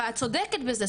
אבל את צודקת בזה,